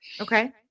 Okay